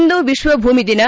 ಇಂದು ವಿಶ್ವ ಭೂಮಿ ದಿನ